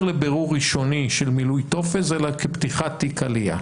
לבירור ראשוני של מילוי טופס אלא כפתיחת תיק עלייה.